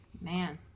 Man